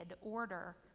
order